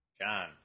John